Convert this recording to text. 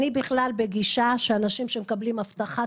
אני בכלל בגישה שאנשים שמקבלים הבטחת